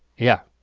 yeah.